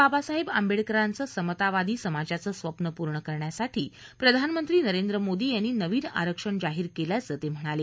बाबासाहेब आंबेडकरांचं समतावादी समाजाचं स्वप्न पूर्ण करण्यासाठी प्रधानमंत्री नरेंद्र मोदी यांनी नवीन आरक्षण जाहीर केल्याचं ते म्हणाले